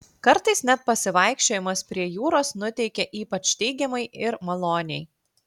kartais net pasivaikščiojimas prie jūros nuteikia ypač teigiamai ir maloniai